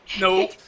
No